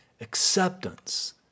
acceptance